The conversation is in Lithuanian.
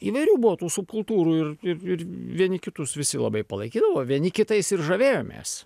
įvairių buvo tų subkultūrų ir ir ir vieni kitus visi labai palaikydavo vieni kitais ir žavėjomės